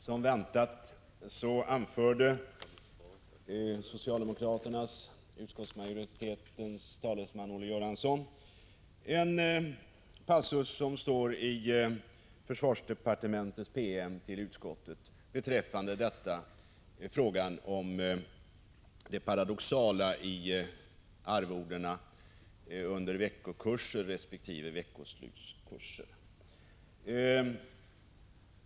Som väntat anförde utskottsmajoritetens talesman Olle Göransson en passus, som står i försvarsdepartementets promemoria till utskottet beträffande frågan om det paradoxala i arvodena under veckokurser resp. veckoslutskurser.